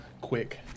quick